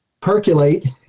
percolate